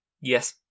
Yes